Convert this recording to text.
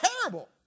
terrible